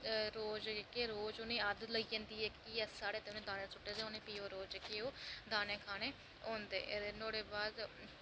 रोज जेह्के रोज उ'नें ई आदत होई जंदी जेह्की ऐ साढ़े दाना सु'ट्टदे उ'नें ई भी ओह् दाने खाने होंदे अते नुहाड़े